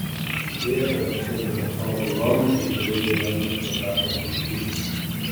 deja per auksinio gramofono apdovanojimus ji akivaizdžiai vengė fotografų objektyvų